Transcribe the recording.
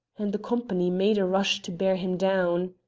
and the company made a rush to bear him down.